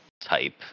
type